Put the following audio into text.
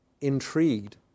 intrigued